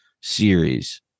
series